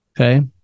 Okay